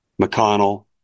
McConnell